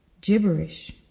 Gibberish